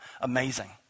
amazing